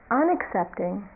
unaccepting